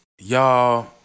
y'all